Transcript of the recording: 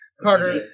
Carter